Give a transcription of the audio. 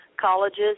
colleges